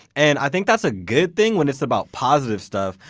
and i think that's a good thing when it's about positive stuff.